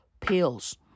pills